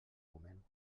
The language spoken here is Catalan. moment